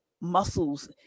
muscles